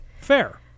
fair